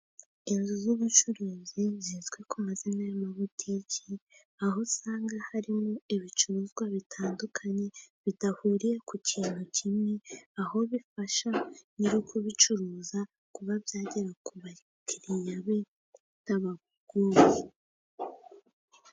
Inzu z' ubucuruzi zizwi ku mazina y' amabutike, aho usanga harimo ibicuruzwa bitandukanye bidahuriye ku kintu kimwe, aho bifasha nyiri kubicuruza kuba byagera ku bakiriya be bitabagoye.